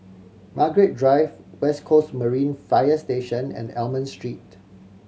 Margaret Drive West Coast Marine Fire Station and Almond Street